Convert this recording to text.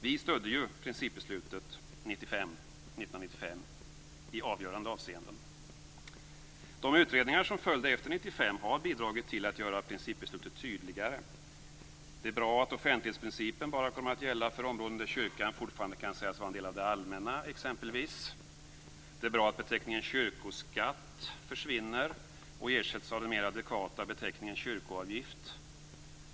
Vi stödde ju principbeslutet 1995 i avgörande avseenden. De utredningar som följde efter 1995 har bidragit till att göra principbeslutet tydligare. Det är bra att offentlighetsprincipen bara kommer att gälla för områden där kyrkan fortfarande kan sägas vara en del av det allmänna, exempelvis. Det är bra att beteckningen kyrkoskatt försvinner och ersätts av den mer adekvata beteckningen kyrkoavgift.